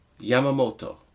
Yamamoto